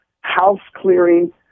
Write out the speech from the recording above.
house-clearing